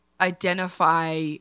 identify